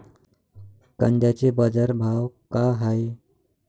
कांद्याचे बाजार भाव का हाये?